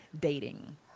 dating